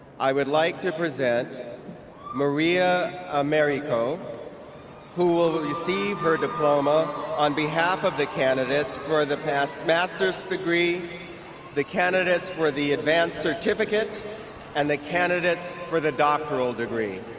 i would like to present maria americo who will will receive her diploma on behalf of the candidates for the past masters degree the candidates for the advance certificate and the candidates for the doctoral degree.